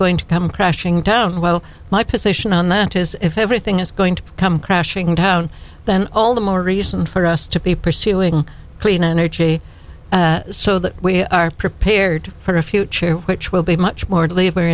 going to come crashing down well my position on that is if everything is going to come crashing down then all the more reason for us to be pursuing cleaner energy so that we are prepared for a future which will be much more labor